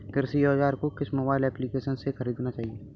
कृषि औज़ार को किस मोबाइल एप्पलीकेशन से ख़रीदना चाहिए?